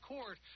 Court